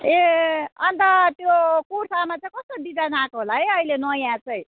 ए अन्त त्यो कुर्तामा चाहिँ कस्तो डिजाइन आएको होला है अहिले नयाँ चाहिँ